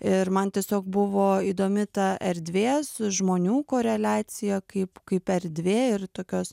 ir man tiesiog buvo įdomi ta erdvės žmonių koreliacija kaip kaip erdvė ir tokios